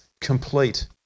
complete